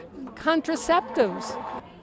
contraceptives